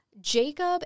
Jacob